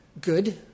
good